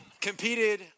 competed